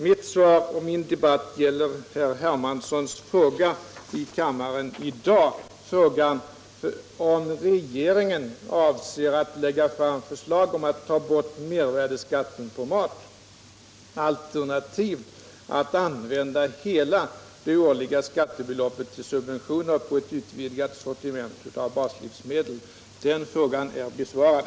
Mitt svar och min debatt gäller herr Hermanssons fråga i kammaren till mig i dag, om regeringen avser att lägga fram förslag om att ta bort mervärdeskatten på mat, alternativt använda hela det årliga skattebeloppet till subventioner på ett utvidgat sortiment av baslivsmedel. Den frågan är besvarad.